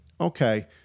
Okay